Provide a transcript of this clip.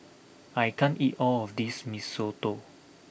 I can't eat all of this Mee Soto